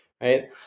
right